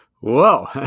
Whoa